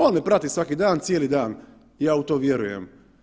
On me prati svaki dan, cijeli dan, ja u to vjerujem.